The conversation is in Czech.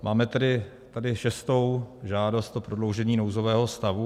Máme tady šestou žádost o prodloužení nouzového stavu.